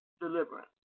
deliverance